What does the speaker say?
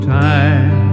time